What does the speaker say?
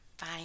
Bye